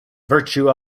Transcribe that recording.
virtue